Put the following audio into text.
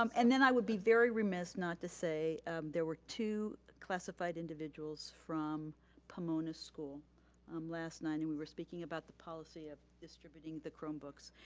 um and then i would be very remiss not to say there were two classified individuals from pomona school um last night and we were speaking about the policy of distributing the chromebooks.